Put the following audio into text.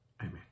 Amen